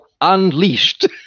unleashed